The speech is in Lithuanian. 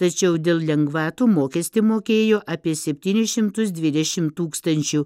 tačiau dėl lengvatų mokestį mokėjo apie septynis šimtus dvidešimt tūkstančių